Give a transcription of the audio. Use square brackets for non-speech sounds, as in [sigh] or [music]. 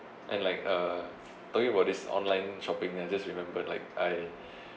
and like uh talking about this online shopping and I just remember like I [breath]